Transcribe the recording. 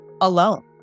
alone